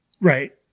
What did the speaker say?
Right